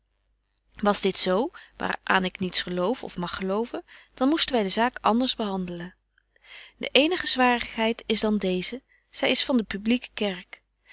was dit z waar aan ik niets geloof of mag geloven dan moesten wy de zaak anders behandelen de eenige zwarigheid is dan deeze zy is van de publicque kerk